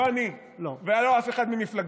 לא אני ולא אף אחד ממפלגתי.